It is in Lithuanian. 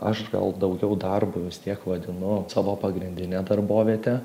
aš gal daugiau darbu vis tiek vadinu savo pagrindinė darbovietė